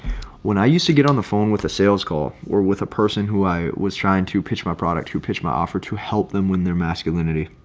when i used to get on the phone with a sales call, or with a person who i was trying to pitch my product who pitch my offer to help them win their masculinity,